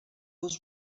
els